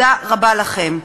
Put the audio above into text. תודה רבה לכם.